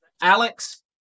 alex